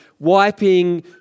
wiping